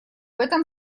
этом